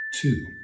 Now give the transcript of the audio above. two